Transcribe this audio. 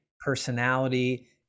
personality